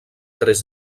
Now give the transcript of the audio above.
tres